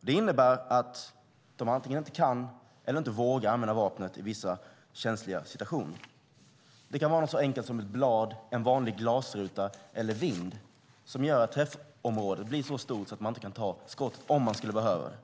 Det innebär att de antingen inte kan eller inte vågar använda vapnet i vissa känsliga situationer. Något så enkelt som ett blad, en vanlig glasruta eller vind kan göra att träffområdet blir så stort att man inte kan skjuta ett skott om man skulle behöva det.